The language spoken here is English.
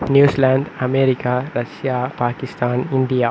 New Zealand America Russia Pakistan India